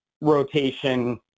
rotation